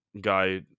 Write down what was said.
guy